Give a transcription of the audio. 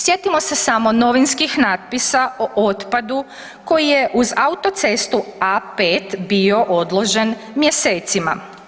Sjetimo se samo novinskih natpisa o otpadu koji je uz autocestu A5 bio odložen mjesecima.